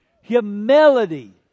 humility